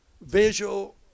visual